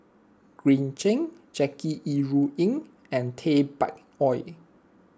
Green Zeng Jackie Yi Ru Ying and Tay Bak Koi